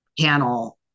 panel